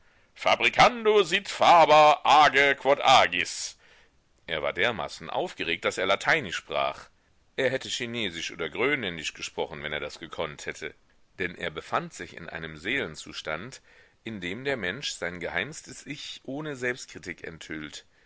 age quod agis er war dermaßen aufgeregt daß er lateinisch sprach er hätte chinesisch oder grönländisch gesprochen wenn er das gekonnt hätte denn er befand sich in einem seelenzustand in dem der mensch sein geheimstes ich ohne selbstkritik enthüllt